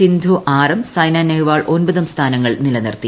സിന്ധു ആറും സൈന നെഹ്റ്വാ്ൾ ഒൻപതും സ്ഥാനങ്ങൾ നിലനിർത്തി